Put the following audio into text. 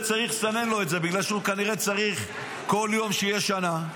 בגלל שהוא כנראה צריך שכל יום יהיה שנה,